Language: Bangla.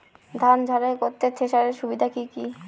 ধান ঝারাই করতে থেসারের সুবিধা কি কি?